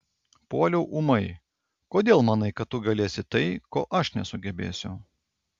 puoliau ūmai kodėl manai kad tu galėsi tai ko aš nesugebėsiu